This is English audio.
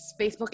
Facebook